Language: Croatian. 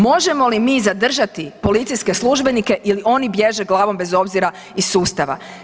Možemo li mi zadržati policijske službenike ili oni bježe glavom bez obzira iz sustava?